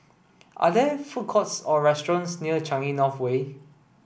are there food courts or restaurants near Changi North Way